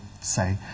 say